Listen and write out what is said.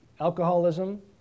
alcoholism